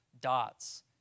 dots